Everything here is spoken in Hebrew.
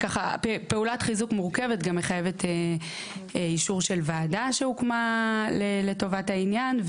פעולת חיזוק מורכבת גם מחייבת אישור של וועדה שהוקמה לטובת העניין,